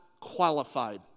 qualified